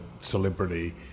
celebrity